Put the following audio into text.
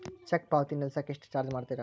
check ಪಾವತಿನ ನಿಲ್ಸಕ ಎಷ್ಟ ಚಾರ್ಜ್ ಮಾಡ್ತಾರಾ